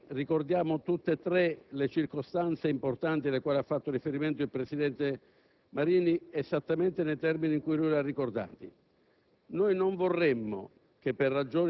Nonostante la circostanza casuale che ha portato a queste commemorazioni, mi sono sforzato di cogliere un elemento comune, un elemento al quale il Gruppo dell'UDC tiene particolarmente.